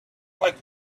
like